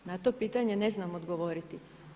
Na to pitanje ne znam odgovoriti.